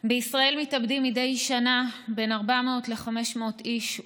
מדי שנה מתאבדים בישראל בין 400 ל-500 איש,